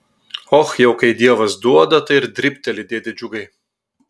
och jau kai dievas duoda tai ir dribteli dėde džiugai